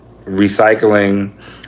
recycling